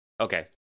Okay